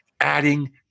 adding